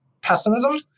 pessimism